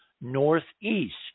northeast